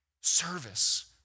Service